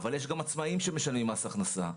ואוכלוסיית שנייה היא עצמאים שמשלמים מס הכנסה.